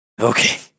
Okay